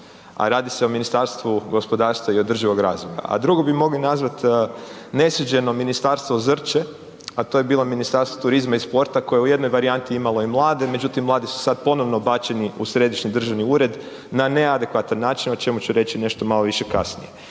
a radi se o Ministarstvu gospodarstva i održivog razvoja. A drugo bi mogli nazvati nesuđeno ministarstvo Zrće, a to je bilo Ministarstvo turizma i sporta, koje je u jednoj varijanti imalo i mlade, međutim, mladi su sad ponovno bačeni u središnji državni ured, na neadekvatan način, o čemu ću reći nešto malo više kasnije.